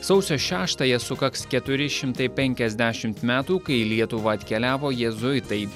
sausio šeštąją sukaks keturi šimtai penkiasdešimt metų kai į lietuvą atkeliavo jėzuitai